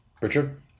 Richard